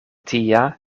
tia